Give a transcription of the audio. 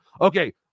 Okay